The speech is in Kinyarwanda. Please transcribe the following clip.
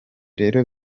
rero